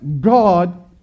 God